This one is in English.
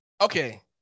Okay